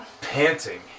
Panting